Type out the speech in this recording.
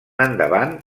endavant